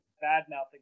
bad-mouthing